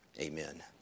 Amen